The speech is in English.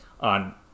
On